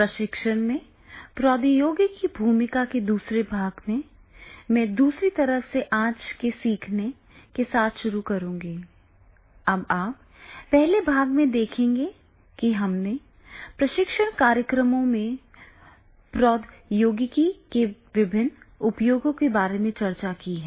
प्रशिक्षण में प्रौद्योगिकी की भूमिका के दूसरे भाग में मैं दूसरी तरफ से आज के सीखने के साथ शुरू करूंगा अब आप पहले भाग में देखें कि हमने प्रशिक्षण कार्यक्रमों में प्रौद्योगिकी के विभिन्न उपयोगों के बारे में चर्चा की है